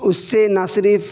اس سے نہ صرف